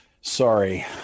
Sorry